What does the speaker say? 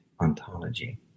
ontology